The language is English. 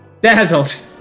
Dazzled